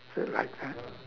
bit like that